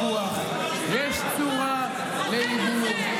יש צורה לוויכוח, יש צורה לליבון.